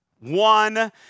One